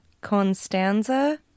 Constanza